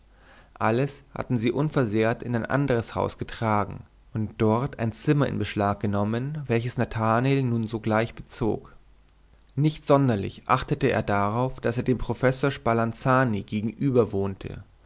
alles hatten sie unversehrt in ein anderes haus getragen und dort ein zimmer in beschlag genommen welches nathanael nun sogleich bezog nicht sonderlich achtete er darauf daß er dem professor spalanzani gegenüber wohnte